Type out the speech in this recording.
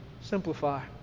Simplify